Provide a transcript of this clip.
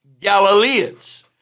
Galileans